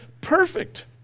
perfect